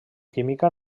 química